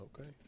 Okay